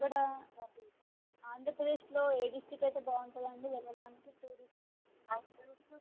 ఇక్కడ ఆంధ్రప్రదేశ్లో ఏ డిస్ట్రిక్ట్ అయితే బాగుంటుంది అండి వెళ్ళడానికి టూరిస్ట్కి